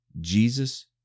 Jesus